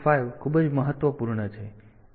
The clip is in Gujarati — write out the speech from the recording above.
5 ખૂબ જ મહત્વપૂર્ણ છે